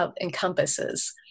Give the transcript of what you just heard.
encompasses